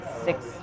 Six